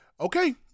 Okay